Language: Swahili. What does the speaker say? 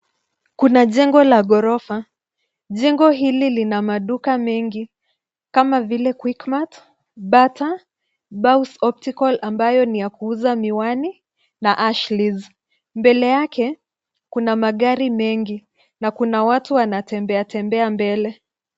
Kuna jengo la ghorofa. Jengo hili lina maduka mengi kama vile Quickmart , Bata , Baus optical , ambayo ni ya kuuza miwani na ashleys . Mbele yake kuna magari mengi na kuna watu wanatembea tembea mbele.